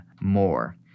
more